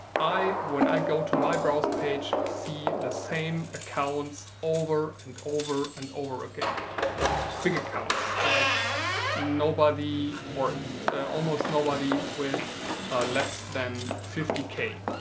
i when i go to my browse page see the same accounts over and over and over again big accounts like nobody or almost nobody with less than fifty k.